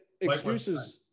excuses